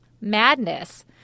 madness